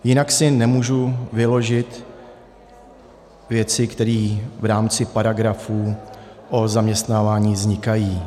Jinak si nemůžu vyložit věci, které v rámci paragrafů o zaměstnávání vznikají.